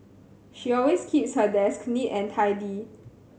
she always keeps her desk neat and tidy